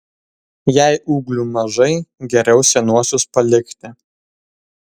jei ūglių mažai geriau senuosius palikti